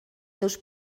seus